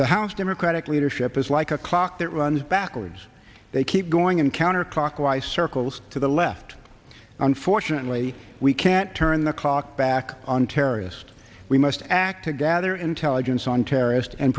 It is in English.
the house democratic leadership is like a clock that runs backwards they keep going in counterclockwise circles to the left unfortunately we can't turn the clock back on terrorist we must act to gather intelligence on terrorist and